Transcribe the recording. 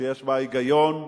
שיש בה היגיון רב.